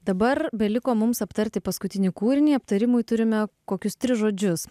dabar beliko mums aptarti paskutinį kūrinį aptarimui turime kokius tris žodžius